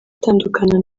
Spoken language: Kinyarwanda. atandukana